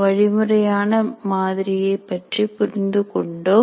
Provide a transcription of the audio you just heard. வழிமுறையான மாதிரியை பற்றி புரிந்து கொண்டோம்